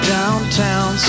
Downtown